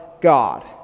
God